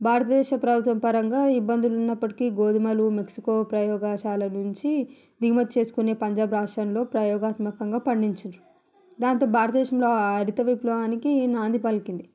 భారతదేశ ప్రభుత్వం పరంగా ఇబ్బందులు ఉన్నప్పుడుకి గోధుమలు మెక్సికో ప్రయోగశాల నుంచి దిగుమతి చేసుకునే పంజాబ్ రాష్ట్రంలో ప్రయోగాత్మకంగా పండించేటోళ్ళు దాంతో భారతదేశంలో హరిత విప్లవానికి నాంది పలికింది